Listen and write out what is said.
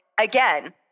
again